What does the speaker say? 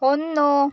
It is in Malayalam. ഒന്ന്